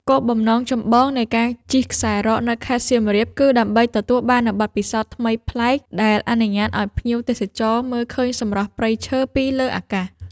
គោលបំណងចម្បងនៃការជិះខ្សែរ៉កនៅខេត្តសៀមរាប គឺដើម្បីទទួលបាននូវបទពិសោធន៍ថ្មីប្លែក ដែលអនុញ្ញាតឱ្យភ្ញៀវទេសចរមើលឃើញសម្រស់ព្រៃឈើពីលើអាកាស។